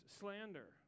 slander